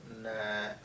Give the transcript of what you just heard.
Nah